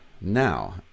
now